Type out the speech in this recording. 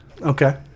Okay